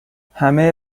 همه